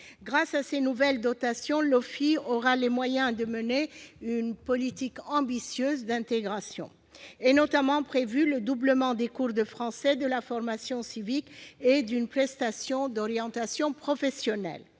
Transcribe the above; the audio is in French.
Grâce à ces nouvelles dotations, l'OFII aura les moyens de mener une politique ambitieuse d'intégration. Est notamment prévu le doublement des cours de français, de la formation civique et d'une prestation d'orientation professionnelle.